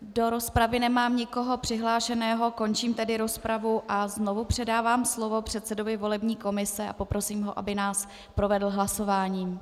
Do rozpravy nemám nikoho přihlášeného, končím tedy rozpravu a znovu předávám slovo předsedovi volební komise a poprosím ho, aby nás provedl hlasováním.